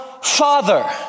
Father